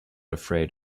afraid